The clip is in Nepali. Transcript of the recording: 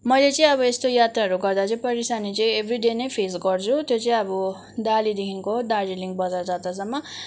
मैले चाहिँ अब यस्तो यात्राहरू गर्दा चाहिँ परेसानी चाहिँ एभ्रीडे नै फेस गर्छु त्यो चाहिँ अब डालीदेखिन्को दार्जिलिङ बजार जाँदासम्म